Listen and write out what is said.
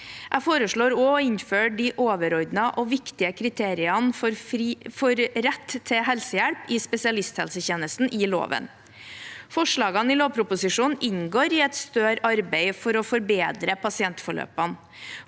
Jeg foreslår også å innføre de overordnede og viktige kriteriene for rett til helsehjelp i spesialisthelsetjenesten i loven. Forslagene i lovproposisjonen inngår i et større arbeid for å forbedre pasientforløpene.